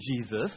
Jesus